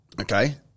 Okay